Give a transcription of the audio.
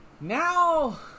Now